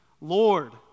Lord